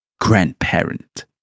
grandparent